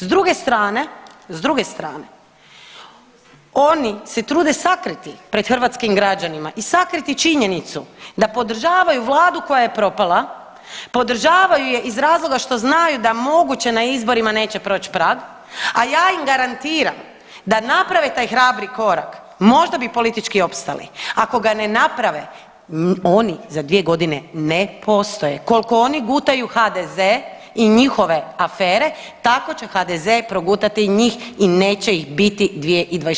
S druge strane, s druge strane oni se trude sakriti pred hrvatskim građanima i sakriti činjenicu da podržavaju vladu koja je propala, podržavaju je iz razloga što znaju da moguće na izborima neće proć prag, a ja im garantiram da naprave taj hrabri korak možda bi politički opstali, ako ga ne naprave oni za 2.g. ne postoje, kolko oni gutaju HDZ i njihove afere tako će HDZ progurati njih i neće ih biti 2024.